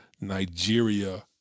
Nigeria